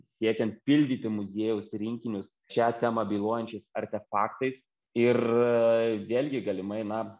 siekiant pildyti muziejaus rinkinius šią temą bylojančiais artefaktais ir vėlgi galimai na